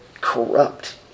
corrupt